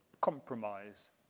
compromise